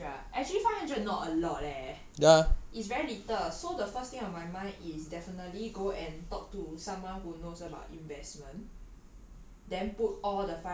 !wah! five hundred ah actually five hundred not a lot leh is very little so the first thing on my mind is definitely go and talk to someone who knows about investment